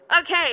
Okay